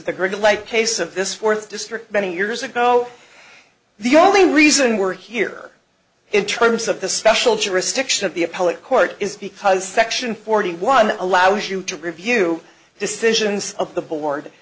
case agree like case of this fourth district many years ago the only reason we're here in terms of the special jurisdiction of the appellate court is because section forty one allows you to review decisions of the board